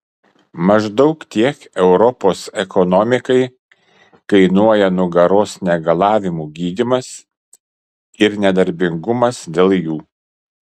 maždaug tiek europos ekonomikai kainuoja nugaros negalavimų gydymas ir nedarbingumas dėl jų